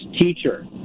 teacher